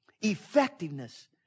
Effectiveness